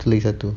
tu lagi satu